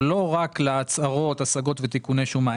מתוך הצעת חוק ההתייעלות הכלכלית,